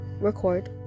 record